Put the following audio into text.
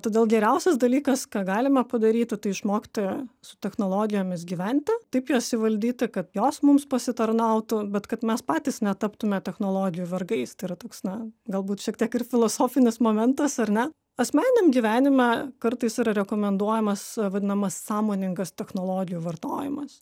todėl geriausias dalykas ką galime padaryti tai išmokti su technologijomis gyventi taip jas įvaldyti kad jos mums pasitarnautų bet kad mes patys netaptume technologijų vergais tai yra toks na galbūt šiek tiek ir filosofinis momentas ar ne asmeniniam gyvenime kartais yra rekomenduojamas vadinamas sąmoningas technologijų vartojimas